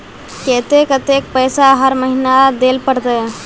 केते कतेक पैसा हर महीना देल पड़ते?